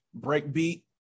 Breakbeat